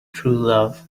truelove